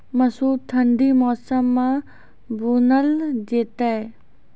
मसूर ठंडी मौसम मे बूनल जेतै?